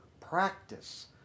practice